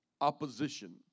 opposition